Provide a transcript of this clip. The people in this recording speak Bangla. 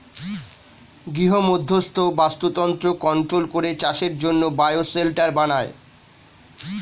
গৃহমধ্যস্থ বাস্তুতন্ত্র কন্ট্রোল করে চাষের জন্যে বায়ো শেল্টার বানায়